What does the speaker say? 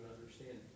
understanding